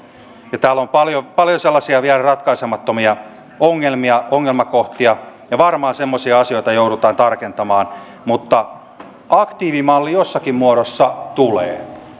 ja täällä on vielä paljon sellaisia ratkaisemattomia ongelmia ongelmakohtia ja varmaan semmoisia asioita joudutaan tarkentamaan mutta aktiivimalli jossakin muodossa tulee